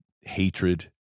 hatred